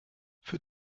für